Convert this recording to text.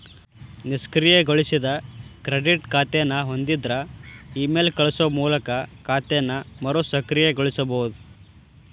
ನಿಷ್ಕ್ರಿಯಗೊಳಿಸಿದ ಕ್ರೆಡಿಟ್ ಖಾತೆನ ಹೊಂದಿದ್ರ ಇಮೇಲ್ ಕಳಸೋ ಮೂಲಕ ಖಾತೆನ ಮರುಸಕ್ರಿಯಗೊಳಿಸಬೋದ